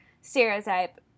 stereotype